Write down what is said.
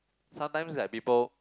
sometimes like people